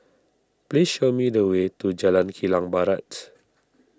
please show me the way to Jalan Kilang Barat